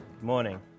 morning